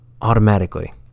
automatically